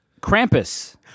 Krampus